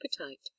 appetite